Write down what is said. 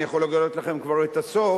אני יכול לגלות לכם את הסוף,